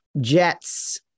jets